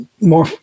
more